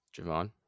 javon